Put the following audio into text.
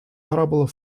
trouble